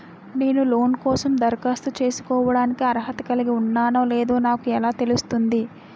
నేను లోన్ కోసం దరఖాస్తు చేసుకోవడానికి అర్హత కలిగి ఉన్నానో లేదో నాకు ఎలా తెలుస్తుంది?